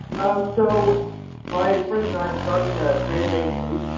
so my friends and i are starting a creative agency.